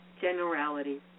generalities